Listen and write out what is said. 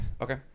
Okay